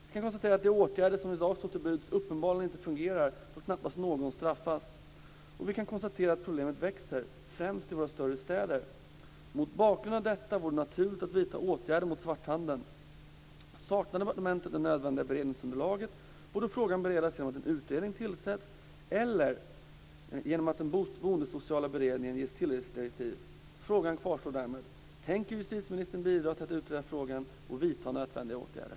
Vi kan konstatera att de åtgärder som i dag står till buds uppenbarligen inte fungerar, då knappast någon straffas, och vi kan konstatera att problemet växer, främst i våra större städer. Mot bakgrund av detta vore det naturligt att vidta åtgärder mot svarthandeln. Saknar departementet det nödvändiga beredningsunderlaget borde frågan beredas genom att en utredning tillsätts eller genom att den boendesociala beredningen ges tilläggsdirektiv. Frågan kvarstår därmed: Tänker justitieministern bidra till att utreda frågan och vidta nödvändiga åtgärder?